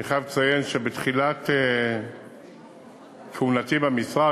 אני חייב לציין שבתחילת כהונתי במשרד,